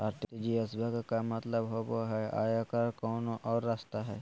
RTGS बा के मतलब कि होबे हय आ एकर कोनो और रस्ता?